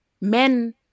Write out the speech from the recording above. men